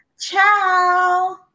Ciao